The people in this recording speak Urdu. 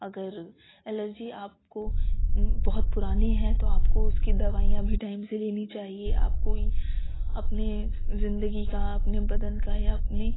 اگر الرجی آپ کو بہت پرانی ہے تو آپ کو اس کی دوائیاں بھی ٹائم سے لینی چاہیے آپ کوئی اپنے زندگی کا اپنے بدن کا یا اپنی